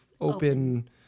open